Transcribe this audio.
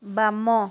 ବାମ